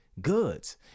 goods